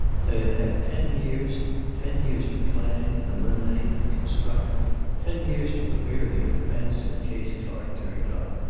they had had ten years ten years to plan, eliminate and construct ten years to prepare their defense, in case clark turned up.